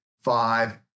five